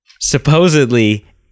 supposedly